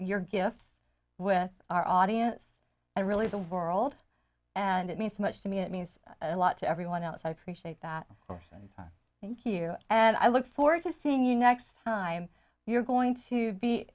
your gifts with our audience and really the world and it means so much to me it means a lot to everyone else i appreciate that and thank you and i look forward to seeing you next time you're going to be